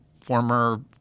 former